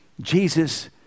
Jesus